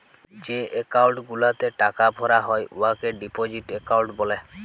যে একাউল্ট গুলাতে টাকা ভরা হ্যয় উয়াকে ডিপজিট একাউল্ট ব্যলে